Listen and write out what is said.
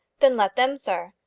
then let them, sir.